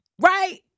right